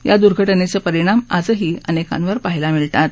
या दुर्घटनेचे परिणाम आजही अनेकांवर पाहयला मिळतात